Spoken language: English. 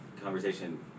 conversation